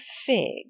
fig